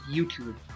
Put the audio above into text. YouTube